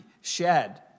shed